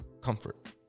comfort